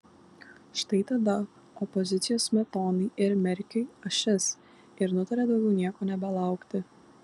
štai tada opozicijos smetonai ir merkiui ašis ir nutarė daugiau nieko nebelaukti